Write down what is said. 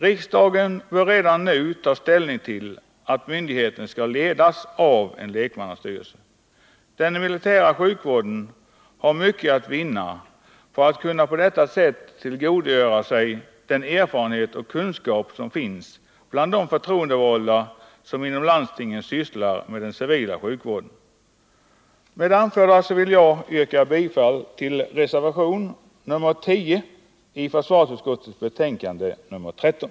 Riksdagen bör redan nu ta ställning till förslaget att myndigheten skall ledas av en lekmannastyrelse. Den militära sjukvården har mycket att vinna på att på det sättet kunna tillgodogöra sig den erfarenhet och den kunskap som finns bland de förtroendevalda som inom landstingen sysslar med den civila sjukvården. Med det anförda vill jag yrka bifall till reservation 10 i försvarsutskottets betänkande nr 13.